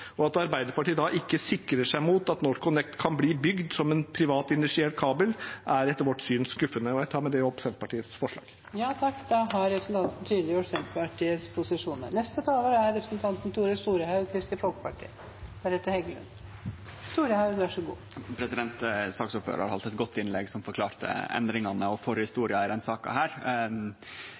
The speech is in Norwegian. og at Arbeiderpartiet da ikke sikrer seg mot at NorthConnect kan bli bygd som en privat initiert kabel, er etter vårt syn skuffende. Jeg tar med det opp forslagene fra Senterpartiet og SV. Representanten Ole André Myhrvold har tatt opp de forslagene han refererte til Saksordføraren har halde eit godt innlegg som forklarte endringane og forhistoria i denne saka. For Kristeleg Folkeparti sin del er